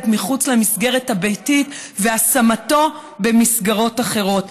מחוץ למסגרת הביתית והשמתו במסגרות אחרות,